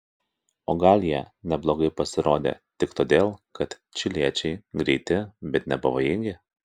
o gal jie neblogai pasirodė tik todėl kad čiliečiai greiti bet nepavojingi